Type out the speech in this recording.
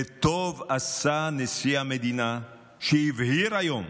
וטוב עשה נשיא המדינה שהבהיר היום.